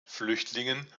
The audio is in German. flüchtlingen